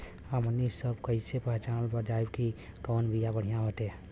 हमनी सभ कईसे पहचानब जाइब की कवन बिया बढ़ियां बाटे?